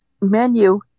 menu